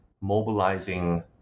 mobilizing